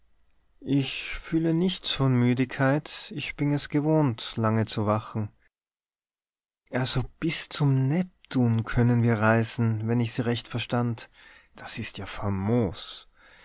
ich fühle nichts von müdigkeit ich bin es gewohnt lange zu wachen also bis zum neptun können wir reisen wenn ich sie recht verstand das ist ja famos